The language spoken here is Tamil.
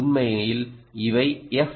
உண்மையில் இவை எஃப்